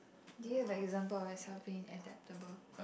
do you have a example of yourself being adaptable